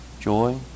joy